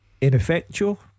Ineffectual